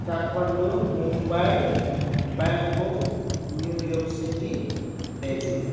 Kathmandu Mumbai Bangkok New York City Beijing